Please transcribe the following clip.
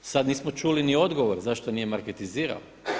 Sad nismo čuli ni odgovor zašto nije marketizirao.